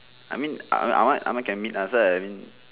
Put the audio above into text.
I mean uh ahmad ahmad can meet ah so I mean